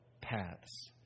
paths